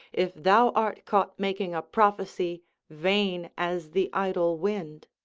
if thou art caught making a prophecy vain as the idle wind.